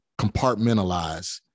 compartmentalize